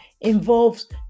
involves